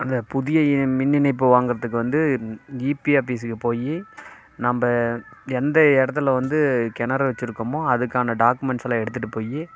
அந்த புதிய மின் இணைப்பு வாங்குறதுக்கு வந்து ஈபி ஆபீஸ்க்கு போய் நம்ம எந்த இடத்துல வந்து கிணறு வச்சிருக்கமோ அதுக்கான டாக்குமென்ட்ஸ் எல்லாம் எடுத்துட்டுப்போய்